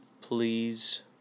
please